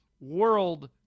world